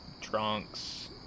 drunks